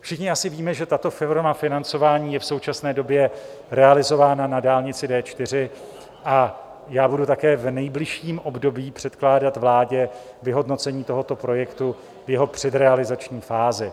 Všichni asi víme, že tato forma financování je v současné době realizována na dálnici D4, a já budu také v nejbližším období předkládat vládě vyhodnocení tohoto projektu v jeho předrealizační fázi.